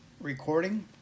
recording